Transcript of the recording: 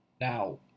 Now